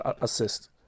assist